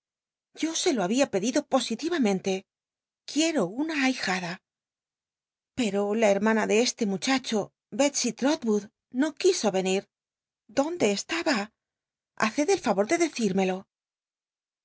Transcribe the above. yo se lo habia pedido positivamente quiero una ahijada pero la hermana de eslc muchacho hy trotwood no quiso venir dónde estaba haced el ravor de decírmelo